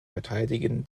verteidigen